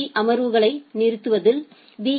B அமர்வுகளை நிறுவுதல் B